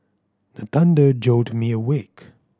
the thunder jolt me awake